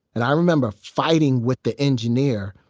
and i remember fighting with the engineer,